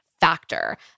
Factor